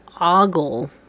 ogle